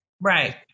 Right